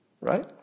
Right